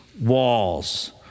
walls